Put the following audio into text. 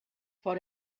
vor